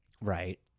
right